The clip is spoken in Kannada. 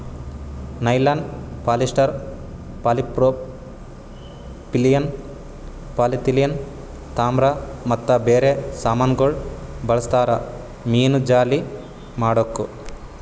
ನೈಲಾನ್, ಪಾಲಿಸ್ಟರ್, ಪಾಲಿಪ್ರೋಪಿಲೀನ್, ಪಾಲಿಥಿಲೀನ್, ತಾಮ್ರ ಮತ್ತ ಬೇರೆ ಸಾಮಾನಗೊಳ್ ಬಳ್ಸತಾರ್ ಮೀನುಜಾಲಿ ಮಾಡುಕ್